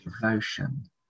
devotion